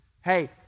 Hey